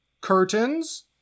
curtains